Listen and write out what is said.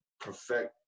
perfect